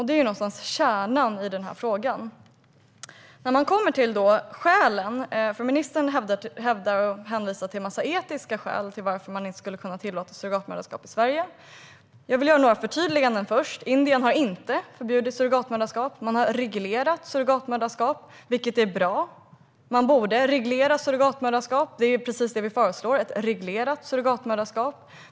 Det är kärnan i den här frågan. Ministern hänvisar till en massa etiska skäl för att vi inte skulle kunna tillåta surrogatmoderskap i Sverige. Jag vill först göra några förtydliganden. Indien har inte förbjudit surrogatmoderskap. Det är rent felaktigt. Man har ett reglerat surrogatmoderskap, vilket är bra. Surrogatmoderskap borde regleras, och ett reglerat surrogatmoderskap är precis det vi föreslår.